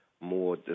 more